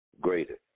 greater